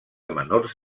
menors